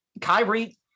Kyrie